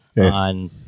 on